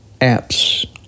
apps